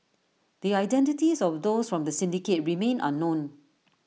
the identities of those from the syndicate remain unknown